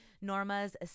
Norma's